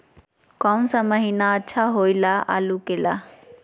कौन सा महीना अच्छा होइ आलू के ला?